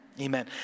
Amen